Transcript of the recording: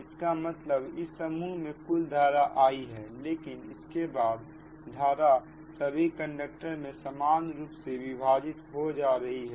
इसका मतलब इस समूह में कुलधारा I है लेकिन इसके बाद धारा सभी कंडक्टर में समान रूप से विभाजित हो जा रही है